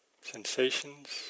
sensations